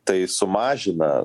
tai sumažina